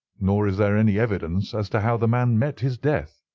nor is there any evidence as to how the man met his death.